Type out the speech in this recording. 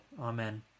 Amen